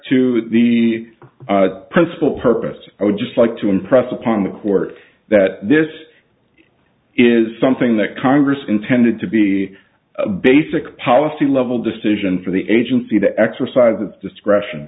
to the principal purpose i would just like to impress upon the court that this is something that congress intended to be a basic policy level decision for the agency to exercise its discretion